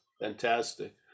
fantastic